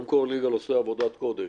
קודם כול, יגאל עושה עבודת קודש,